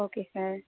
okay sir